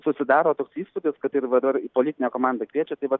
susidaro toks įspūdis kad ir va dabar į politinę komandą kviečia tai va